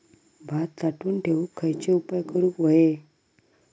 भात साठवून ठेवूक खयचे उपाय करूक व्हये?